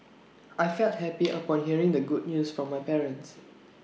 I felt happy upon hearing the good news from my parents